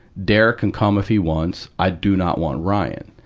derek can come if he wants. i do not want ryan.